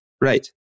Right